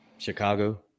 Chicago